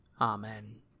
Amen